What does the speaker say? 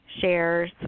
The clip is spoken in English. shares